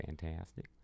Fantastic